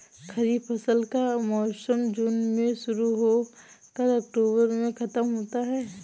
खरीफ फसल का मौसम जून में शुरू हो कर अक्टूबर में ख़त्म होता है